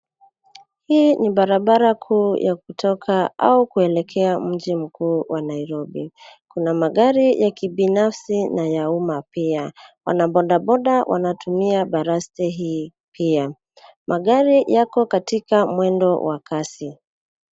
Hii ni barabara kuu ya kutoka au kuelekea mji mkuu wa Nairobi. Kuna magari ya kibinafsi na ya umma pia. Wanabodaboda wanatumia baraste hii pia. Magari yako katika mwendo wa kasi.